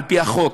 על-פי החוק,